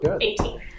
Eighteen